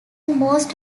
most